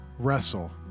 wrestle